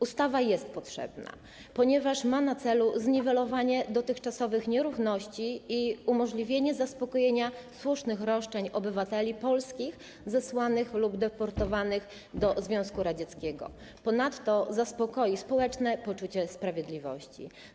Ustawa jest potrzebna, ponieważ ma na celu zniwelowanie dotychczasowych nierówności i umożliwienie zaspokojenia słusznych roszczeń obywateli polskich zesłanych lub deportowanych do Związku Radzickiego, ponadto zaspokoi ona społeczne poczucie sprawiedliwości.